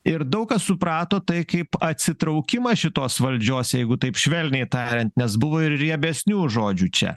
ir daug kas suprato tai kaip atsitraukimą šitos valdžios jeigu taip švelniai tariant nes buvo ir riebesnių žodžių čia